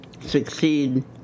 succeed